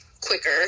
quicker